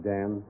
Dan